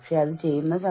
ഇതെല്ലാം പ്രധാനമാണ്